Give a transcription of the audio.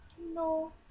no